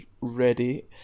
ready